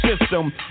system